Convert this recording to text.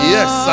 Yes